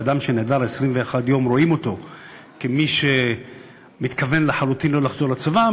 שאדם שנעדר 21 יום רואים אותו כמי שמתכוון לחלוטין לא לחזור לצבא,